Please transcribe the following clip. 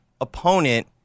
opponent